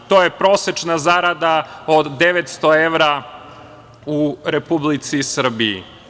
To je prosečna zarada od 900 evra u Republici Srbiji.